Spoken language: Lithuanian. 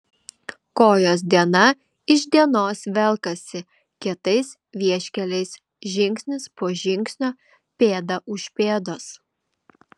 kojos diena iš dienos velkasi kietais vieškeliais žingsnis po žingsnio pėda už pėdos